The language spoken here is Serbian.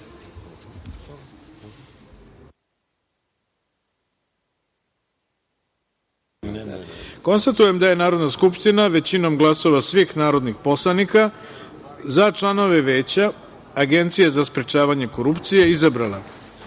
173.Konstatujem da je Narodna skupština većinom glasova svih narodnih poslanika za članove Veća Agencije za sprečavanje korupcije izabrala: